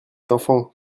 enfant